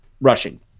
rushing